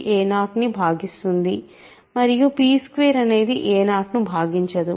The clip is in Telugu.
a0 ను భాగిస్తుంది మరియు p2 అనేది a0 ను భాగించదు